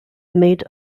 made